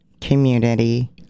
community